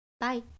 Bye